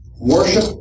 Worship